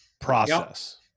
process